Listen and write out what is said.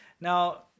Now